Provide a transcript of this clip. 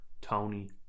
Tony